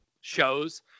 shows